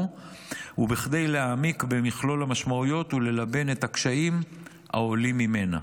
ובכדי להעמיק במכלול המשמעויות וללבן את הקשיים העולים ממנה.